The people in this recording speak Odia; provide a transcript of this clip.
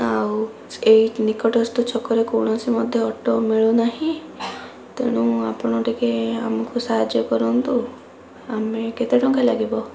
ଆଉ ଏହି ନିକଟସ୍ଥ ଛକରେ କୌଣସି ମଧ୍ୟ ଅଟୋ ମିଳୁନାହିଁ ତେଣୁ ଆପଣ ଟିକିଏ ଆମକୁ ସାହାଯ୍ୟ କରନ୍ତୁ ଆମେ କେତେ ଟଙ୍କା ଲାଗିବ